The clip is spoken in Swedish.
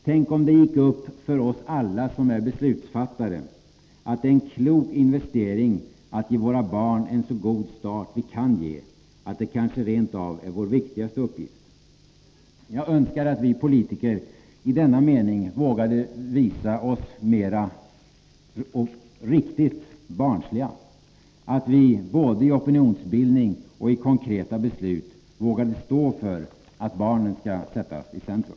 Tänk om det gick upp för oss alla som är beslutsfattare att det är en klok investering att ge våra barn en så god start vi kan ge, att det kanske rent av är vår viktigaste uppgift! Jag önskar att vi politiker i denna mening vågade visa oss riktigt barnsliga — att vi både i opinionsbildning och i konkreta beslut vågade stå för att barnen skall sättas i centrum.